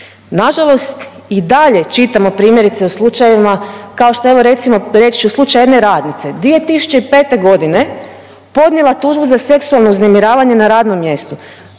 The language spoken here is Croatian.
kao što evo recimo reći ću slučaj jedne radnice. 2005. godine podnijela tužbu za seksualno uznemiravanje na radnom mjestu.